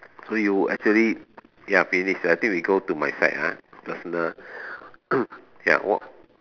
so you actually ya finish I think we go to my side ah personal ya what